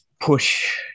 push